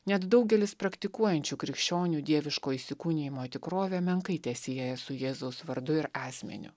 net daugelis praktikuojančių krikščionių dieviško įsikūnijimo tikrovę menkai tesieja su jėzaus vardu ir asmeniu